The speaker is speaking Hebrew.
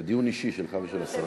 זה דיון אישי שלך ושל השרה.